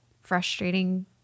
frustrating